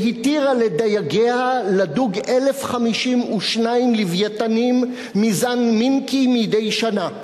והתירה לדייגיה לדוג 1,052 לווייתנים מסוג מינקי מדי שנה.